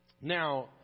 now